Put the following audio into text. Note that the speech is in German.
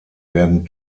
werden